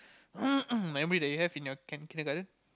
memory that you have in your kin~ kindergarten